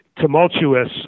Tumultuous